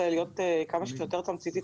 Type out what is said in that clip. להיות כמה שיותר תמציתית,